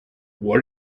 what